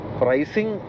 pricing